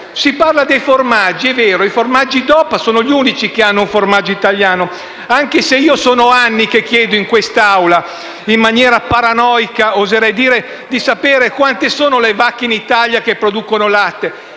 Si parla dei formaggi: è vero, quelli DOP sono gli unici che hanno latte italiano, anche se sono anni che chiedo in questa Assemblea - in maniera paranoica, oserei dire - di sapere quante sono le vacche in Italia che producono latte.